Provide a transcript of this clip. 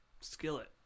Skillet